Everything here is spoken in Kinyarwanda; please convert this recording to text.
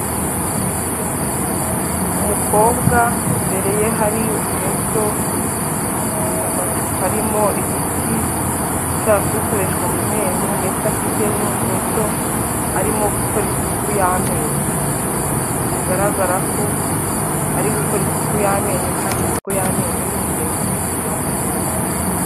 Umukobwa imbere ye hari uburoso, amacupa arimo imiti ishobora kuba ikoreshwa mu menyo ndetse afite n'uburoso arimo gukora isuku y'amenyo, bigaragara ko ari gukora isuku y'amenyo kandi isuku y'amenyo ni ingenzi ku buzima bw'umuntu.